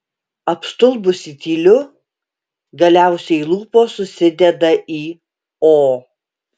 apstulbusi tyliu galiausiai lūpos susideda į o